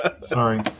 Sorry